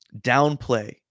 downplay